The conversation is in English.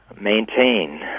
maintain